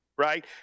right